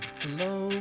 flow